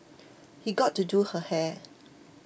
he got to do her hair